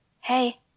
hey